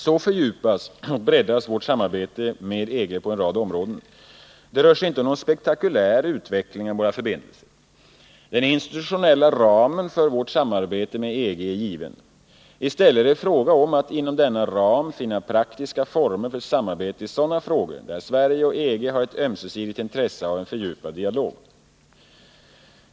Så fördjupas och breddas vårt samarbete med EG på en rad områden. Det rör sig inte om någon spektakulär utveckling av våra förbindelser. Den institutionella ramen för vårt samarbete med EG är given. I stället är det fråga om att inom denna ram finna praktiska former för samarbete i sådana frågor där Sverige och EG har ett ömsesidigt intresse av en fördjupad dialog.